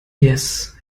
yes